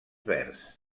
verds